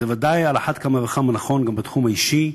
זה ודאי על אחת כמה וכמה נכון גם בתחום האישי.